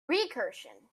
recursion